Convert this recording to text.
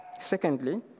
Secondly